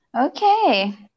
Okay